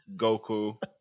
Goku